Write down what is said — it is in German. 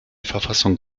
verfassung